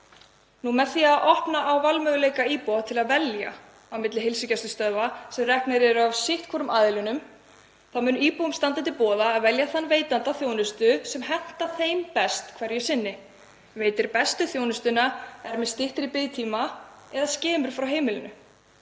Með því að opna á valmöguleika íbúa til að velja á milli heilsugæslustöðva sem reknar eru af sitthvorum aðilanum þá mun íbúum standa til boða að velja þann veitanda þjónustu sem hentar þeim best hverju sinni, veitir bestu þjónustuna, þar sem biðtími er styttri eða sem er skemur frá heimilinu.